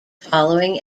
following